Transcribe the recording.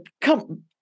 come